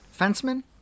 fenceman